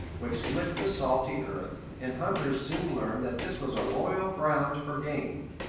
which licked the salty earth, and hunters soon learned that this was a royal ground for game.